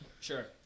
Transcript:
Sure